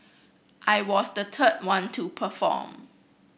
I was the third one to perform